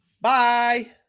Bye